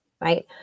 right